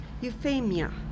Euphemia